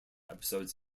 episodes